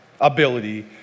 ability